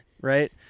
Right